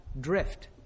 drift